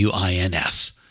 WINS